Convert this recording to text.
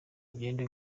ugende